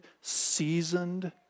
seasoned